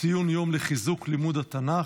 ציון יום לחיזוק לימוד התנ"ך.